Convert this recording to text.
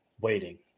waiting